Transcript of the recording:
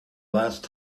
last